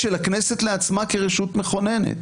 של הכנסת לעצמה כרשות מכוננת.